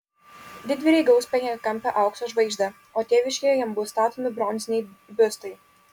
didvyriai gaus penkiakampę aukso žvaigždę o tėviškėje jiems bus statomi bronziniai biustai